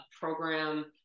program